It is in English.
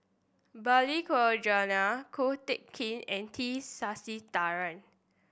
Balli Kaur Jaswal Ko Teck Kin and T Sasitharan